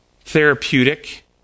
therapeutic